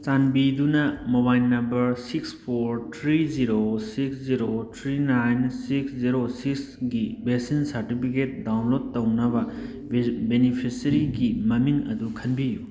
ꯆꯥꯟꯕꯤꯗꯨꯅ mobile number six four three zero six zero three nine six zero ꯁꯤꯛꯁꯒꯤ vaccine certificate download ꯇꯧꯅꯕ ꯕꯤꯅꯤꯐꯤꯁꯔꯤꯒꯤ ꯃꯃꯤꯡ ꯑꯗꯨ ꯈꯟꯕꯤꯌꯨ